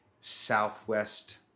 Southwest